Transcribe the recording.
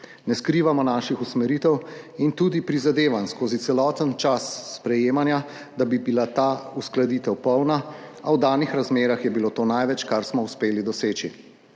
Ne skrivamo naših usmeritev in tudi prizadevanj skozi celoten čas sprejemanja, da bi bila ta uskladitev polna, a v danih razmerah je bilo to največ, kar smo uspeli doseči.